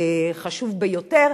זה חשוב ביותר.